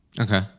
Okay